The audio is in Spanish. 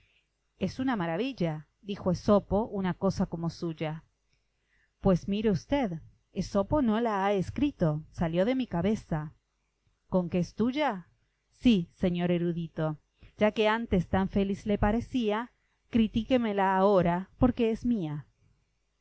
es una maravilla dijo esopo una cosa como suya pues mire usted esopo no la ha escrito salió de mi cabeza conque es tuya sí señor erudito ya que antes tan feliz le parecía critíquemela ahora porque es mía